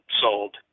sold